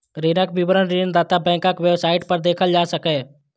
ऋणक विवरण ऋणदाता बैंकक वेबसाइट पर देखल जा सकैए